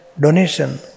donation